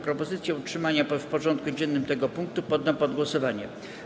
Propozycję utrzymania w porządku dziennym tego punktu poddam pod głosowanie.